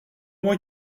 moi